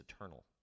eternal